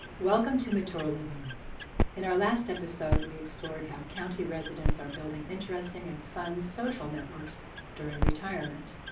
welcome to mutter living in our last episode we explore town county residents are building interesting and fun, social networks during retirement.